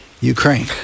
Ukraine